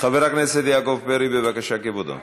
חבר הכנסת יעקב פרי, בבקשה, כבודו.